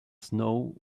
snow